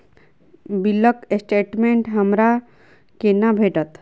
बिलक स्टेटमेंट हमरा केना भेटत?